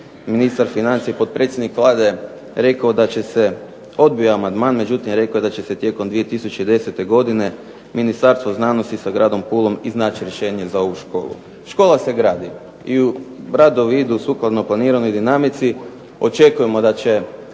ministar financija i potpredsjednik Vlade rekao da će se odbio je amandman, međutim rekao je da će se tijekom 2010. godine Ministarstvo znanosti sa gradom Pulom iznaći rješenje za ovu školu. Škola se gradi. I radovi idu sukladno planiranoj dinamici, očekujemo da će